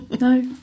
No